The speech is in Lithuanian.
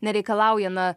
nereikalauja na